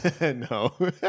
No